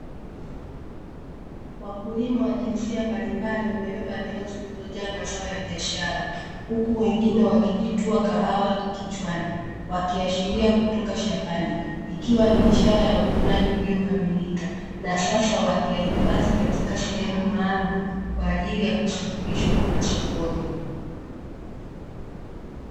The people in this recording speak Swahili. Wakulima wa jinsia mbalimbali wamebeba ndoo zilizojaa mazao ya biashara, huku wengine wakijitua kahawa kichwani wakiashiria kutoka shambani, ikiwa ni ishara ya uvunaji uliokamilika na sasa wakiyahifadhi katika sehemu maalum kwa ajili ya kusafirisha kuenda sokoni.